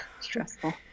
stressful